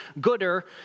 gooder